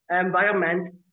environment